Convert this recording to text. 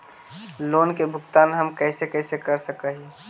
Loan के भुगतान हम कैसे कैसे कर सक हिय?